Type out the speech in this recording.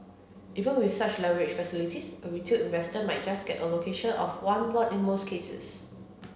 even with such leverage facilities a retail investor might just get allocation of one lot in most cases